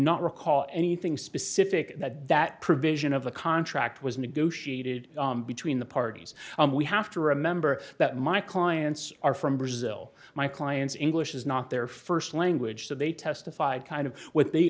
not recall anything specific that that provision of the contract was negotiated between the parties and we have to remember that my clients are from brazil my clients english is not their first language so they testified kind of what they